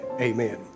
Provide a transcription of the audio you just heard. amen